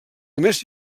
només